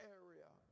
area